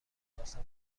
خواستم